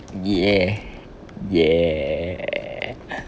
ya ya